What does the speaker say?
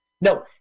No